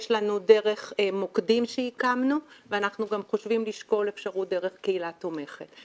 יש לנו דרך מוקדים שהקמנו ואנחנו חושבים לשקול אפשרות דרך קהילה תומכת.